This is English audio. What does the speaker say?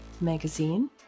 Magazine